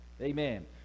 Amen